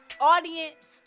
audience